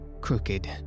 crooked